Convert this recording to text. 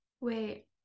Wait